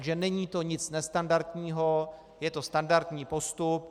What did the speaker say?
Takže není to nic nestandardního, je to standardní postup.